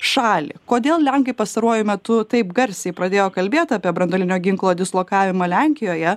šalį kodėl lenkai pastaruoju metu taip garsiai pradėjo kalbėt apie branduolinio ginklo dislokavimą lenkijoje